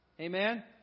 Amen